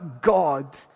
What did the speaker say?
God